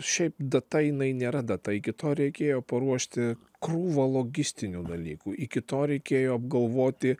šiaip data jinai nėra data iki to reikėjo paruošti krūvą logistinių dalykų iki to reikėjo apgalvoti